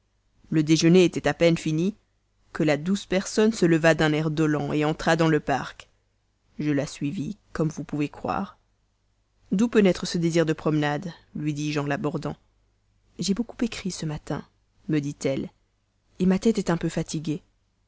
le déjeûner était à peine fini que la douce personne se leva d'un air indolent entra dans le parc je la suivis comme vous pouvez croire d'où peut naître ce désir de promenade lui dis-je en l'abordant j'ai beaucoup écrit ce matin me répondit-elle ma tête est un peu fatiguée